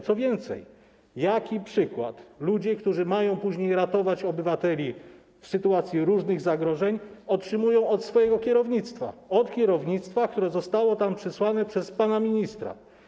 Co więcej, jaki przykład ludzie, którzy później mają ratować obywateli w sytuacji różnych zagrożeń, otrzymują od swojego kierownictwa, od kierownictwa, które zostało tam przysłane przez pana ministra?